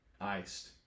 iced